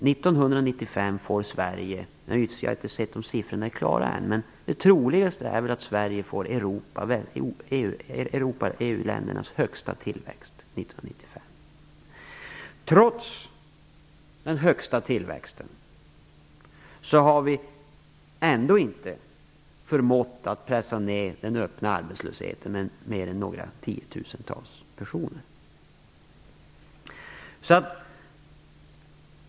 Siffrorna är inte klara än, men det troligaste är att Sverige får EU-ländernas högsta tillväxt 1995. Trots att vi har haft den högsta tillväxten har vi ändå inte förmått att pressa ned den öppna arbetslösheten med mer än några tiotusentals personer.